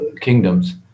kingdoms